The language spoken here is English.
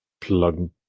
plug